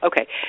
Okay